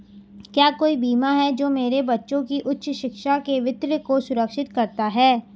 क्या कोई बीमा है जो मेरे बच्चों की उच्च शिक्षा के वित्त को सुरक्षित करता है?